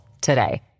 today